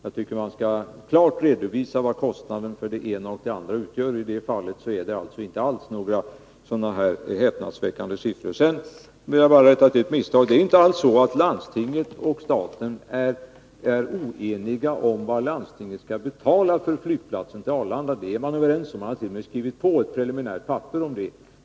Jag tycker att man klart skall redovisa vad som utgör kostnaden för det ena och det andra. I detta fall rör det sig alltså inte alls om några häpnadsväckande siffror. Jag vill sedan bara rätta till ett misstag. Landstinget och staten är inte alls oeniga om vad landstinget skall betala för flyttningen till Arlanda. Det är man överens om — man hart.o.m. skrivit på ett preliminärt papper om det.